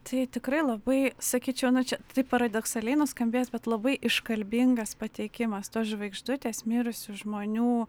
tai tikrai labai sakyčiau na čia taip paradoksaliai nuskambės bet labai iškalbingas pateikimas tos žvaigždutės mirusių žmonių